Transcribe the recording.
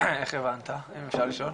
איך הבנת אם אפשר לשאול?